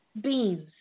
beans